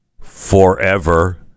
forever